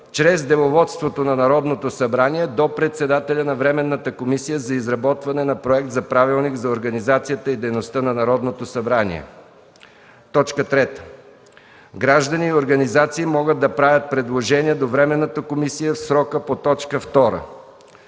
чрез Деловодството на Народното събрание до председателя на Временната комисия за изработване на Проект за правилник за организацията и дейността на Народното събрание. 3. Граждани и организации могат да правят предложения до временната комисия в срока по т. 2.